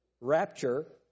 rapture